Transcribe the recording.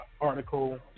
article